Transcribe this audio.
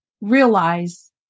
realize